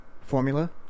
formula